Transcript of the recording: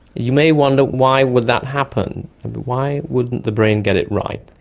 you may wonder why would that happen, and why wouldn't the brain get it right?